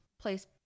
place